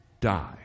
die